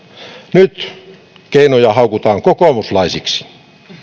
nyt keinoja haukutaan kokoomuslaisiksi